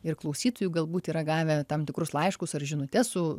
ir klausytojų galbūt yra gavę tam tikrus laiškus ar žinutes su